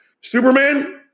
Superman